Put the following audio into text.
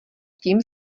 tím